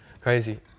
crazy